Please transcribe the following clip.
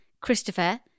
Christopher